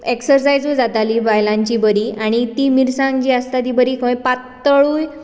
एक्सर्सायजूय जाताली बायलांची बरी आनी ती मिरसांग जी आसा ती बरी पातळूय